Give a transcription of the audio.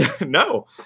no